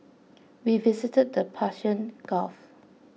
we visited the Persian Gulf